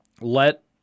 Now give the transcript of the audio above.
Let